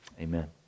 Amen